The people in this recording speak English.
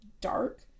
dark